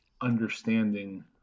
understanding